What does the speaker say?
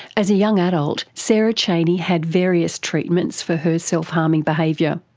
as a young adult, sarah chaney had various treatments for her self-harming behaviour.